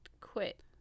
quit